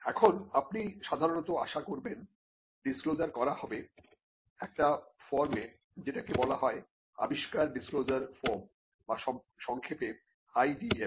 এখন আপনি সাধারণত আশা করবেন ডিসক্লোজার করা হবে একটা ফর্মে যেটাকে বলা হয় আবিষ্কার ডিসক্লোজার ফর্ম বা সংক্ষেপে IDF